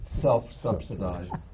self-subsidized